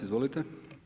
Izvolite.